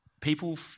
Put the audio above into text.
People